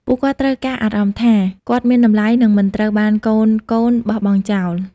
ពួកគាត់ត្រូវការអារម្មណ៍ថា គាត់មានតម្លៃ និងមិនត្រូវបានកូនៗបោះបង់ចោល។